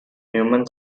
human